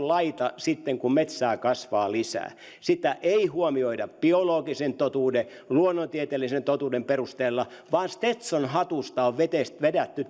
laita sitten kun metsää kasvaa lisää sitä ei huomioida biologisen totuuden luonnontieteellisen totuuden perusteella vaan stetsonhatusta on vedetty vedetty